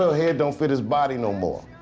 head don't fit his body no more.